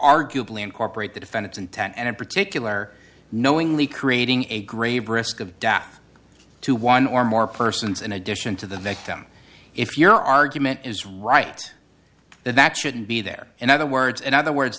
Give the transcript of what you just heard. arguably incorporate the defendant's intent and in particular knowingly creating a grave risk of death to one or more persons in addition to the next them if your argument is right that that shouldn't be there in other words in other words